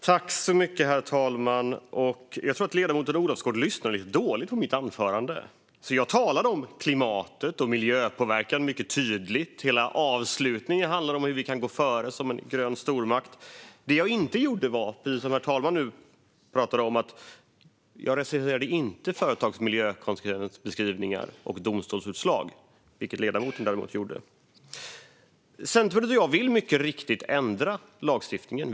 Herr talman! Jag tror att ledamoten Olofsgård lyssnade lite dåligt på mitt anförande. Jag talade mycket tydligt om klimatet och miljöpåverkan. Hela avslutningen handlade om hur vi kan gå före som en grön stormakt. Det jag inte gjorde var, precis som herr talmannen nu talade om, att recensera företagets miljökonsekvensbeskrivningar och domstolsutslag, vilket ledamoten däremot gjorde. Centerpartiet och jag vill mycket riktigt ändra lagstiftningen.